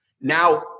Now